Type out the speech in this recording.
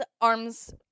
arms